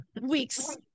weeks